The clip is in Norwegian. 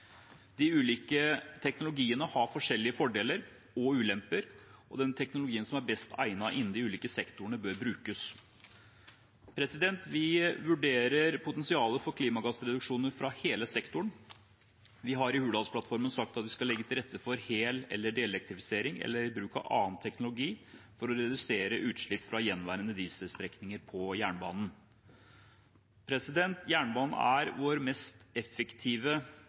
De ulike teknologiene har forskjellige fordeler og ulemper, og den teknologien som er best egnet innen de ulike sektorene, bør brukes. Vi vurderer potensialet for klimagassreduksjoner fra hele sektoren. Vi har i Hurdalsplattformen sagt at vi skal legge til rette for hel- eller delelektrifisering eller bruk av annen teknologi for å redusere utslipp fra gjenværende dieselstrekninger på jernbanen. Jernbanen er vår mest